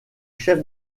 chef